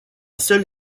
seule